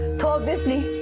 so, obviously,